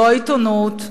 לא העיתונות,